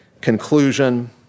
conclusion